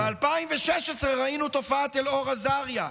ב-2016 ראינו את תופעת אלאור אזריה.